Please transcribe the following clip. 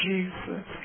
Jesus